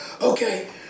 okay